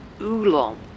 Oolong